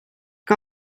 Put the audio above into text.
que